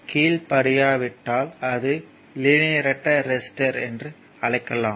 கீழ்ப்படியாவிட்டால் அது லீனியர் அற்ற ரெசிஸ்டர் ஆகும்